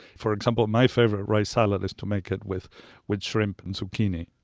for example, my favorite rice salad is to make it with with shrimp and zucchini,